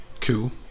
Cool